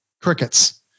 crickets